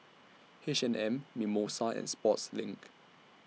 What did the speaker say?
H and M Mimosa and Sportslink